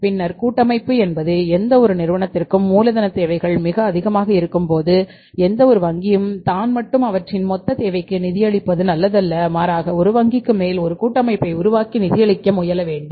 பின்னர் கூட்டமைப்பு என்பது எந்தவொரு நிறுவனத்துக்கும் மூலதனத் தேவைகள் மிக அதிகமாக இருக்கும்போது எந்தவொரு வங்கியும் தான் மட்டும் அவற்றின் மொத்தத் தேவைக்கு நிதியளிப்பது நல்லதல்ல மாறாக 1 வங்கிக்கு மேல் ஒரு கூட்டமைப்பை உருவாக்கி நிதியளிக்க முயலவேண்டும்